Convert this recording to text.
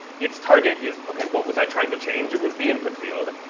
its target is, ok, what was i trying to change. it was the input field.